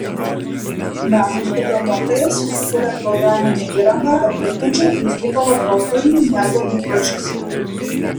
danas programuotojas sukūrė programinę įrangą aptinkančią feisbuko vartotojų miego įpročius